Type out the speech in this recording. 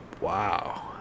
Wow